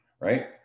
right